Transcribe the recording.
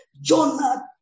Jonah